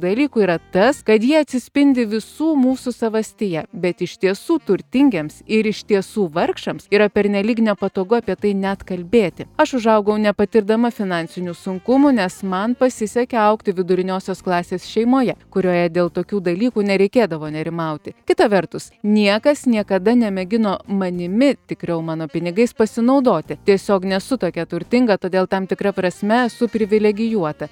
dalykų yra tas kad ji atsispindi visų mūsų savastyje bet iš tiesų turtingiems ir iš tiesų vargšams yra pernelyg nepatogu apie tai net kalbėti aš užaugau nepatirdama finansinių sunkumų nes man pasisekė augti viduriniosios klasės šeimoje kurioje dėl tokių dalykų nereikėdavo nerimauti kita vertus niekas niekada nemėgino manimi tikriau mano pinigais pasinaudoti tiesiog nesu tokia turtinga todėl tam tikra prasme esu privilegijuota